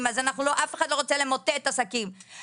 לא מאפשרים לו להסכים שזה יהיה ביוזמתו,